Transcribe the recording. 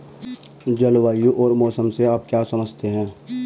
जलवायु और मौसम से आप क्या समझते हैं?